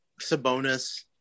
Sabonis